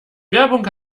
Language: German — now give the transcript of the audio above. werbung